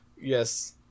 Yes